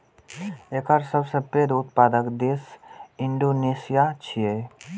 एकर सबसं पैघ उत्पादक देश इंडोनेशिया छियै